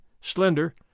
slender